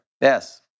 Yes